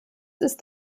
ist